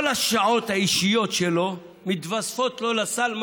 כל השעות האישיות שלו מתווספות לו לסל,